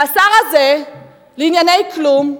והשר הזה לענייני כלום,